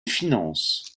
finances